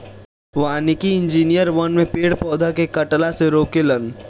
वानिकी इंजिनियर वन में पेड़ पौधा के कटला से रोके लन